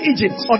Egypt